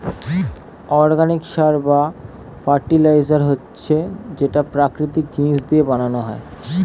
organic সার বা fertiliser হচ্ছে যেটা প্রাকৃতিক জিনিস দিয়ে বানানো হয়